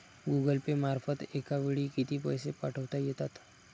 Google Pay मार्फत एका वेळी किती पैसे पाठवता येतात?